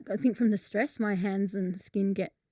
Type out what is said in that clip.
i think from the stress my hands and the skin gets.